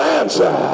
answer